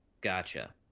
Gotcha